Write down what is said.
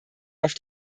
auf